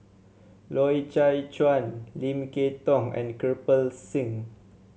Loy Chye Chuan Lim Kay Tong and Kirpal Singh